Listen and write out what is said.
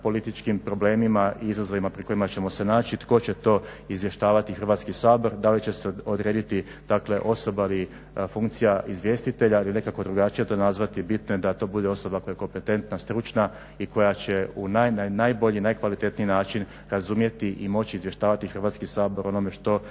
političkim problemima i izazovima pred kojima ćemo se naći, tko će to izvještavati Hrvatski sabor, da li će se odrediti osoba ili funkcija izvjestitelja ili nekako drugačije to nazvati. Bitno je da to bude osoba koja je kompetentna, stručna i koja će u najbolji i najkvalitetniji način razumjeti i moći izvještavati Hrvatski sabor o onome što